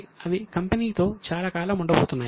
అవి కంపెనీతో చాలా కాలం ఉండబోతున్నాయి